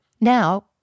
Now